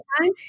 time